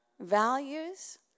Values